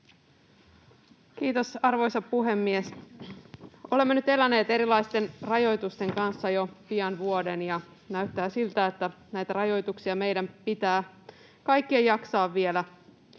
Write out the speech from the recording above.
Kiitos, arvoisa puhemies! Olemme nyt eläneet erilaisten rajoitusten kanssa jo pian vuoden, ja näyttää siltä, että näitä rajoituksia meidän pitää kaikkien jaksaa vielä